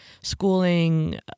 schooling